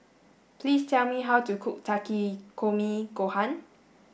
please tell me how to cook Takikomi Gohan